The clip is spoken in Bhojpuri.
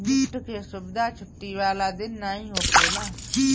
निफ्ट के सुविधा छुट्टी वाला दिन नाइ होखेला